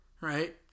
Right